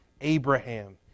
Abraham